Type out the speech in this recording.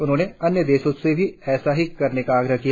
उन्होंने अन्य देशों से भी ऐसा करने का आग्रह किया